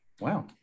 Wow